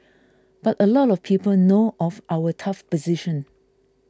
but a lot of people know of our tough position